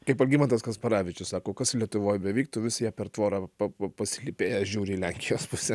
kaip algimantas kasparavičius sako kas lietuvoj bevyktų vis jie per tvorą pa p pasilypėję žiūri į lenkijos pusę